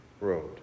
road